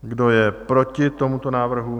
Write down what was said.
Kdo je proti tomuto návrhu?